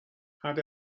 had